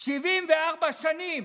74 שנים,